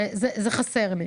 וזה חסר לי.